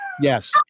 Yes